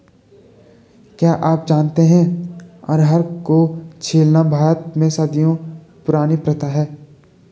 क्या आप जानते है अरहर को छीलना भारत में सदियों पुरानी प्रथा है?